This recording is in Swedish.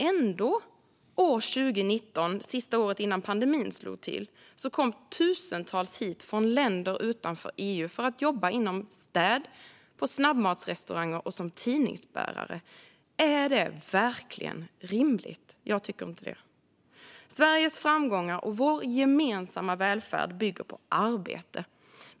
Ändå kom tusentals hit 2019, alltså sista året innan pandemin slog till, från länder utanför EU för att jobba inom städ, på snabbmatsrestauranger eller som tidningsbärare. Är det verkligen rimligt? Jag tycker inte det. Sveriges framgångar och vår gemensamma välfärd bygger på arbete.